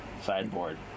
sideboard